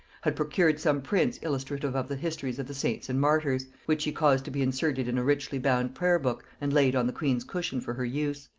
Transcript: had procured some prints illustrative of the histories of the saints and martyrs, which he caused to be inserted in a richly bound prayer-book and laid on the queen's cushion for her use.